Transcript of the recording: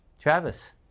Travis